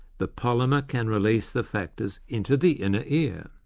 the polymer can release the factors into the inner ear.